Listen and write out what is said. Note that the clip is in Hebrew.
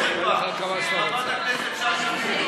חברת הכנסת שאשא ביטון.